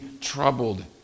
troubled